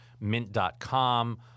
Mint.com